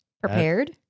prepared